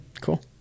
cool